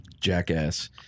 jackass